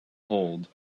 hold